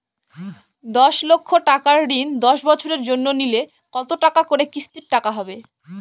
দশ লক্ষ টাকার ঋণ দশ বছরের জন্য নিলে কতো টাকা করে কিস্তির টাকা হবে?